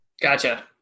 Gotcha